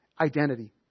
identity